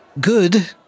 good